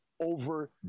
over